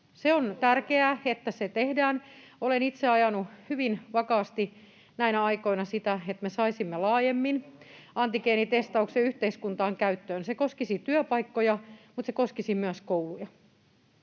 On tärkeää, että se tehdään. Olen itse ajanut hyvin vakaasti näinä aikoina sitä, [Mika Niikko: Kaksi vuotta!] että saisimme laajemmin antigeenitestauksen yhteiskuntaan käyttöön. Se koskisi työpaikkoja, mutta se koskisi myös kouluja.